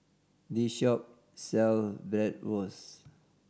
this shop sell Bratwurst